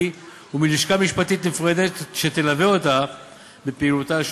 ומלשכה משפטית נפרדת שתלווה אותה בפעילותה השוטפת.